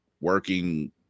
working